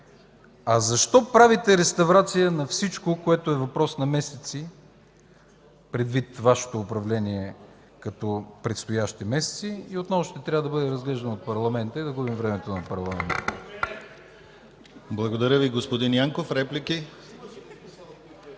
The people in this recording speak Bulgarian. А защо правите реставрация на всичко, което е въпрос на месеци, предвид Вашето управление като предстоящи месеци и отново ще трябва да бъде разглеждано от парламента и да губим времето му? (Реплики на народните представители